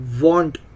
want